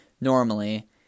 normally